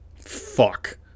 Fuck